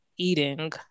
Eating